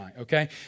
okay